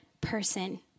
person